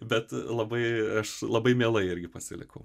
bet labai aš labai mielai irgi pasilikau